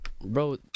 bro